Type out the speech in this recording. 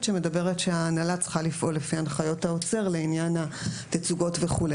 שמדברת שההנהלה צריכה לפעול לפי הנחיות האוצר לעניין התצוגות וכו',